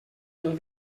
del